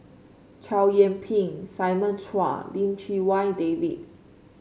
Chow Yian Ping Simon Chua Lim Chee Wai David